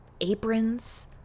aprons